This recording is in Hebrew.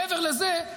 מעבר לזה,